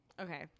Okay